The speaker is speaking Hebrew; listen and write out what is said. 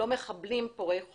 לא מחבלים פורעי חוק,